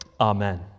Amen